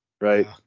right